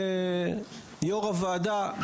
יושב-ראש הוועדה,